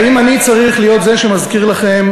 האם אני צריך להיות זה שמזכיר לכם,